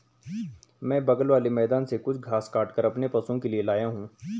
मैं बगल वाले मैदान से कुछ घास काटकर अपने पशुओं के लिए लाया हूं